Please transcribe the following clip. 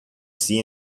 see